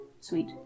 Sweet